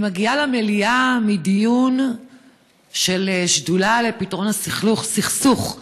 אני מגיעה למליאה מדיון של שדולה לפתרון הסכסוך,